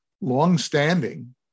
long-standing